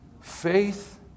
faith